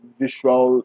visual